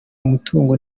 umutungo